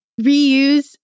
reuse